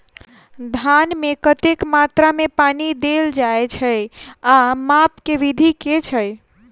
धान मे कतेक मात्रा मे पानि देल जाएँ छैय आ माप केँ विधि केँ छैय?